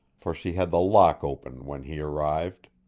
for she had the lock open when he arrived.